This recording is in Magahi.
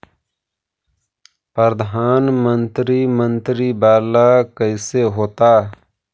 प्रधानमंत्री मंत्री वाला कैसे होता?